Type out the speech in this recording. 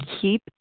keep